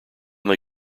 they